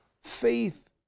faith